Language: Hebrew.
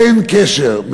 אין קשר.